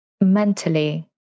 mentally